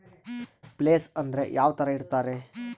Place ಅಂದ್ರೆ ಯಾವ್ತರ ಇರ್ತಾರೆ?